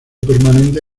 permanente